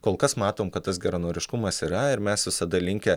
kol kas matom kad tas geranoriškumas yra ir mes visada linkę